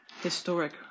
historic